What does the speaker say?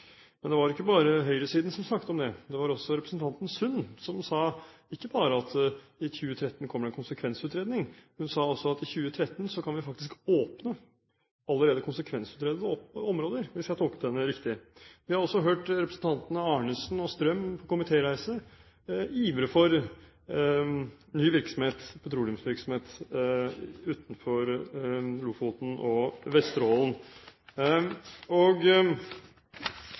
Men det er ikke bare høyresiden som snakker om det. Også representanten Sund sa ikke bare at det i 2013 kommer en konsekvensutredning, hun sa også at i 2013 kan vi faktisk åpne allerede konsekvensutredede områder, hvis jeg tolket henne riktig. Vi har også hørt representantene Arnesen og Strøm – på komitéreise – ivre for ny petroleumsvirksomhet utenfor Lofoten og Vesterålen. Jeg er sikker på at også velgerne til representantene Sund, Arnesen og